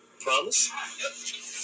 Promise